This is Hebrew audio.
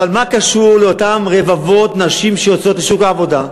אבל מה קשור לאותן רבבות נשים שיוצאות לשוק העבודה,